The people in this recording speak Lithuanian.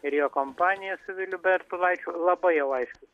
ir jo kompaniją su vilium bertulaičiu labai jau aiškus